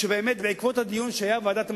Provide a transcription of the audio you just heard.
שבאמת בעקבות הדיון שהיה בוועדת המדע,